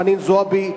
חנין זועבי,